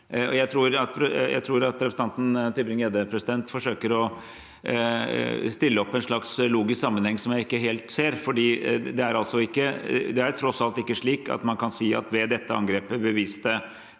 Jeg tror at representanten Tybring-Gjedde forsøker å stille opp en slags logisk sammenheng som jeg ikke helt ser. Det er tross alt ikke slik at man kan si at ved dette angrepet beviste